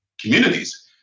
communities